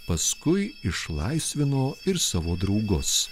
paskui išlaisvino ir savo draugus